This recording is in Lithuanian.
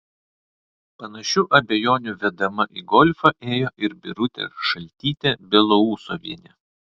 panašių abejonių vedama į golfą ėjo ir birutė šaltytė belousovienė